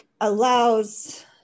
allows